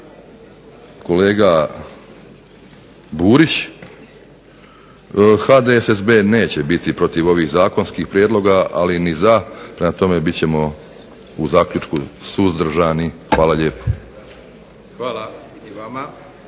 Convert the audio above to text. Hvala i vama.